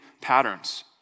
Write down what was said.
patterns